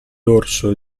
dorso